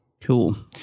Cool